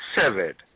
severed